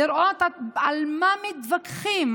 לראות על מה מתווכחים,